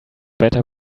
better